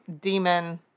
Demon